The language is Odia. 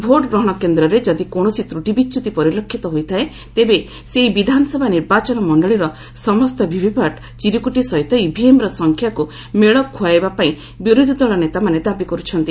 ଭୋଟ୍ ଗ୍ରହଣ କେନ୍ଦ୍ରରେ ଯଦି କୌଶସି ତ୍ରଟି ବିଚ୍ୟୁତି ପରିଲକ୍ଷିତ ହୋଇଥାଏ ତେବେ ସେହି ବିଧାନସଭା ନିର୍ବାଚନ ମଣ୍ଡଳୀର ସମସ୍ତ ଭିଭିପାଟ୍ ଚିରୁକୁଟି ସହିତ ଇଭିଏମ୍ର ସଂଖ୍ୟାକୁ ମେଳ ଖୁଆଇବା ପାଇଁ ବିରୋଧୀ ଦଳ ନେତାମାନେ ଦାବି କରୁଛନ୍ତି